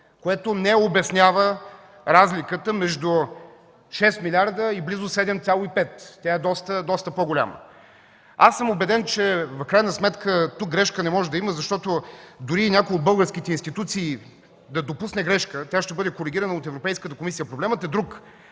което не обяснява разликата между 6 милиарда и близо 7,5 милиарда. Тя е доста по-голяма. Убеден съм, че тук грешка не може да има, защото дори и някоя от българските институции да допусне грешка, тя ще бъде коригирана от Европейската комисия. Проблемът е друг.